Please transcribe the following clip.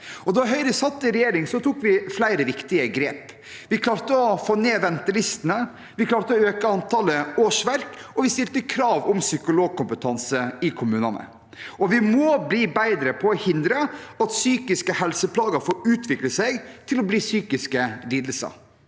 Da Høyre satt i regjering, tok vi flere viktige grep. Vi klarte å få ned ventelistene, vi klarte å øke antallet årsverk, og vi stilte krav om psykologkompetanse i kommunene. Vi må bli bedre på å hindre at psykiske helseplager får utvikle seg til å bli psykiske lidelser.